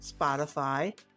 Spotify